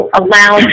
allow